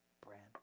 brand